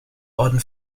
orden